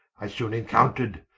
i soone encountred,